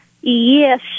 Yes